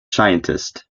scientist